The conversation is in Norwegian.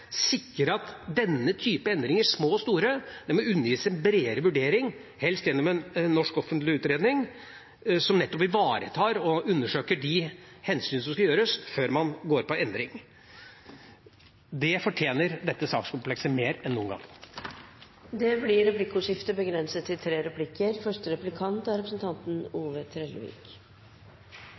sikre at denne typen endringer, små og store, må undergis en bredere vurdering, helst gjennom en norsk offentlig utredning, som nettopp ivaretar og undersøker de hensynene som må tas før man går for en endring. Det fortjener dette sakskomplekset mer enn noen gang. Representanten Knut Storberget har tatt opp de forslagene han refererte til. Det blir replikkordskifte.